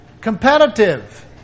competitive